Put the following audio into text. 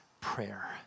prayer